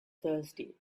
thirsty